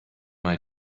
mal